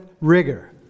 rigor